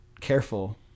careful